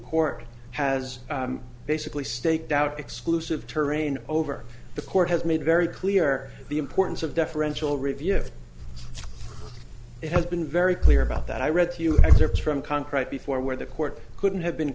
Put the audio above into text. court has basically staked out exclusive terrain over the court has made very clear the importance of deferential review it has been very clear about that i read to you excerpts from concrete before where the court couldn't have been